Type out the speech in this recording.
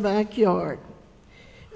backyard